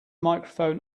microphone